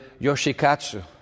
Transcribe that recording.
Yoshikatsu